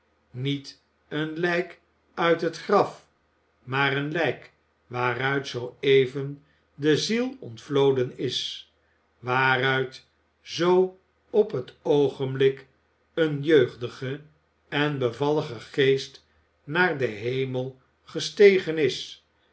niet een lijk uit het graf maar een lijk waaruit zoo even de ziel ontvloden is waaruit zoo op het oogenblik een jeugdige en bevallige geest naar den hemel gestegen is